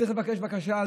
צריך לבקש בקשה,